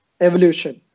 evolution